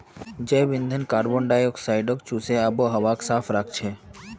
जैव ईंधन कार्बन डाई ऑक्साइडक चूसे आबोहवाक साफ राखछेक